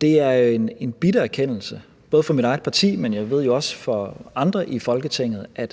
det er en bitter erkendelse, både for mit eget parti, men jo også for andre i Folketinget, ved jeg,